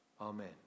Amen